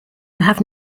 have